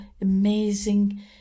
amazing